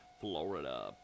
Florida